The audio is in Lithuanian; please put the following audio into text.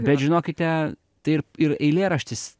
bet žinokite tai ir ir eilėraštis